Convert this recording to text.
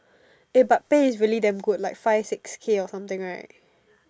eh but pay is really damn good like five six K or something right